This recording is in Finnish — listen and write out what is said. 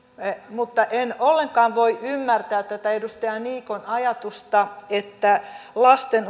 mutta en ollenkaan voi ymmärtää tätä edustaja niikon ajatusta että lasten